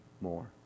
more